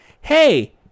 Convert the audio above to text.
hey